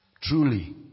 Truly